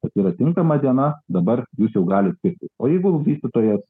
kad yra tinkama diena dabar jūs jau galit pirkti o jeigu vystytojas